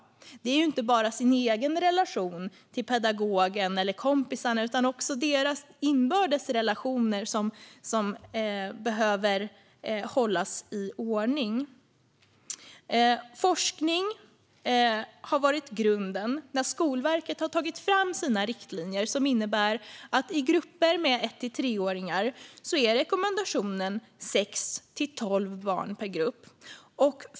Det är inte bara barnets egen relation till pedagogen eller kompisarna utan också barnens inbördes relationer som behöver hållas i ordning. Forskning har varit grunden när Skolverket har tagit fram sina riktlinjer. För grupper med ett till treåringar är rekommendationen sex till tolv barn per grupp.